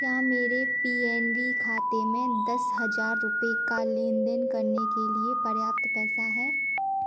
क्या मेरे P N B खाते में दस हज़ार रुपये का लेन देन करने के लिए पर्याप्त पैसा है